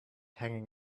hanging